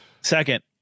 Second